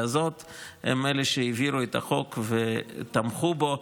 הזאת הם אלה שהעבירו את החוק ותמכו בו.